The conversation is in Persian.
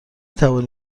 توانی